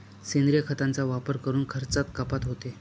सेंद्रिय खतांचा वापर करून खर्चात कपात होते